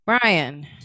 Brian